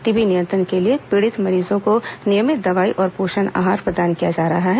TB नियंत्रण के लिए पीड़ित मरीजों को नियमित दवाई और पोषण आहार प्रदान किया जा रहा है